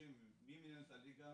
דורשים ממנהלת הליגה